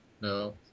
No